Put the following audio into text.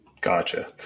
Gotcha